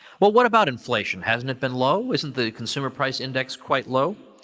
what what about inflation? hasn't been low? isn't the consumer price index quite low?